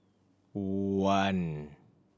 one